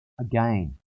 Again